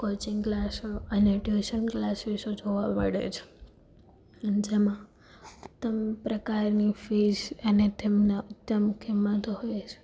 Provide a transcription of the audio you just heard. coaching ક્લાસો અને tuition ક્લાસીસો જોવા મળે છે અને જેમાં તમે પ્રકારની ફીઝ અને તેમાં તો હોય જ